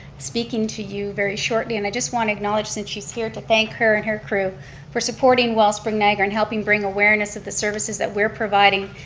speaking to you very shortly, and i just want to acknowledge, since she's here, to thank her and her crew for supporting wellspring niagara and helping bring awareness of the services that we're providing.